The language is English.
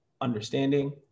understanding